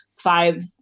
Five